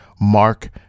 Mark